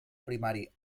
primari